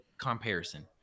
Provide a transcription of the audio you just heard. comparison